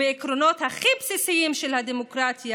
ובעקרונות הכי בסיסיים של הדמוקרטיה,